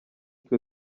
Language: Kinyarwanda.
twe